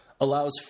allows